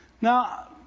Now